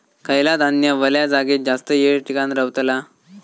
खयला धान्य वल्या जागेत जास्त येळ टिकान रवतला?